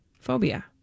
phobia